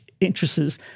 interests